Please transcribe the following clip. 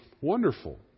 wonderful